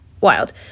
wild